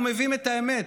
אנחנו מביאים את האמת.